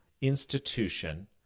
institution